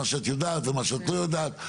מה שאת יודעת ומה שאת לא יודעת,